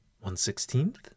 One-sixteenth